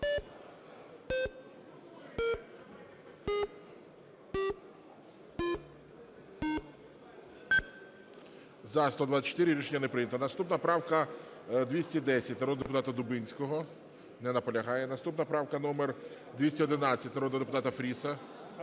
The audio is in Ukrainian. За-124 Рішення не прийнято. Наступна правка - 210, народного депутата Дубінського. Не наполягає. Наступна правка - номер 211, народного депутата Фріса.